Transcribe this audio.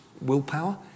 willpower